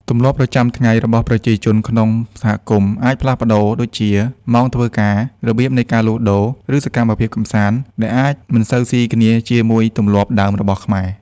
ទម្លាប់ប្រចាំថ្ងៃរបស់ប្រជាជនក្នុងសហគមន៍អាចផ្លាស់ប្តូរ ដូចជាម៉ោងធ្វើការ របៀបនៃការលក់ដូរ ឬសកម្មភាពកម្សាន្ត ដែលអាចមិនសូវស៊ីគ្នាជាមួយទម្លាប់ដើមរបស់ខ្មែរ។